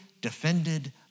defended